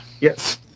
Yes